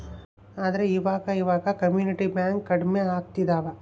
ಆದ್ರೆ ಈವಾಗ ಇವಾಗ ಕಮ್ಯುನಿಟಿ ಬ್ಯಾಂಕ್ ಕಡ್ಮೆ ಆಗ್ತಿದವ